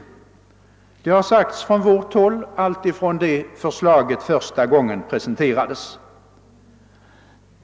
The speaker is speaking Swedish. Detta har uttalats från vårt håll alltsedan skatteförslaget första gången presenterades.